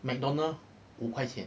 mcdonald's 五块钱